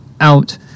out